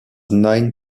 nine